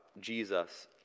Jesus